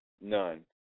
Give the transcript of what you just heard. None